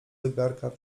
zegarka